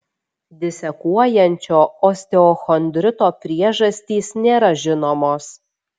disekuojančio osteochondrito priežastys nėra žinomos